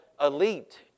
elite